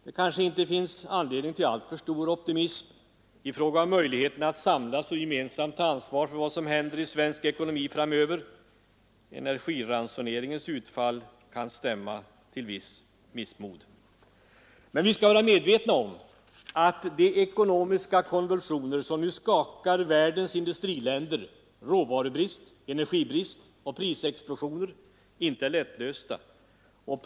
Det kanske inte finns någon anledning till alltför stor optimism om möjligheten att samlas och gemensamt ta ansvar för vad som händer i svensk ekonomi framöver — energiransoneringens utfall kan stämma till missmod. Men vi skall vara medvetna om att de ekonomiska konvulsioner som nu skakar världens industriländer — råvarubrist, energibrist och prisexplosioner — inte är lätta att häva.